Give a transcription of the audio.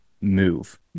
move